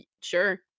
sure